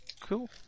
Cool